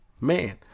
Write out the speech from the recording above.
man